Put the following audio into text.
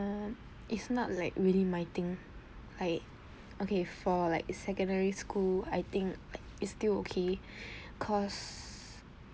um it's not like really my thing like okay for like secondary school I think like it's still okay cause